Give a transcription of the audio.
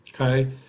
okay